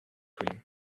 cream